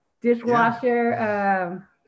dishwasher